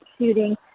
shooting